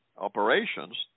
operations